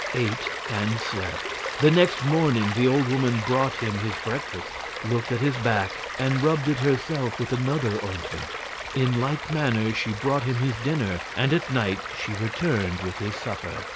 ate and slept. the next morning the old woman brought him his breakfast, looked at his back, and rubbed it herself with another ointment in like manner she brought him his dinner and at night she returned with his supper.